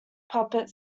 puppet